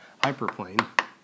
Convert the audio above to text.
hyperplane